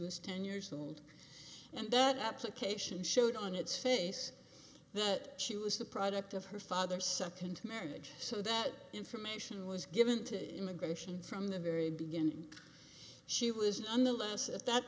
was ten years old and that application showed on its face that she was the product of her father's second marriage so that information was given to immigration from the very beginning she was unless at that